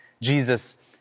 Jesus